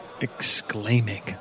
exclaiming